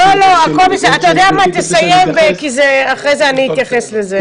אתה יודע מה, תסיים ואחרי זה אני אתייחס לזה.